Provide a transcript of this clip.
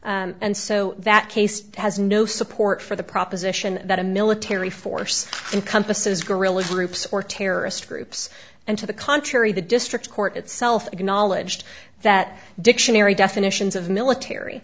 and so that case has no support for the proposition that a military force encompasses guerrilla groups or terrorist groups and to the contrary the district court itself acknowledged that dictionary definitions of military